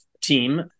team